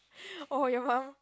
oh your mum